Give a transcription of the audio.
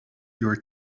your